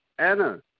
Anna